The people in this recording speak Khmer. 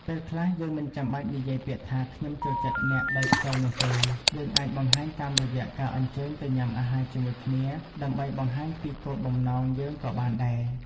ពេលខ្លះ យើងមិនចាំបាច់និយាយពាក្យថា "ខ្ញុំចូលចិត្តអ្នក" ដោយផ្ទាល់នោះទេ យើងអាចបង្ហាញតាមរយះការអញ្ជើញទៅញ៉ាំអាហារជាមួយគ្នាដើម្បីបង្ហាញពីគោលបំណងយើងក៏បានដែរ។